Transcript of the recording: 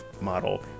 model